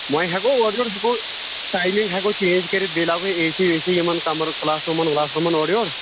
وۄنۍ ہیٚکو اورٕ یور ٹایمِنگ ہیٚکو چینج کٔرِتھ بیٚیہِ لاگو اے سی وے سی یِمن کمرٕ کلاسو وٕلاسن اورٕیور